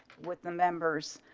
with the members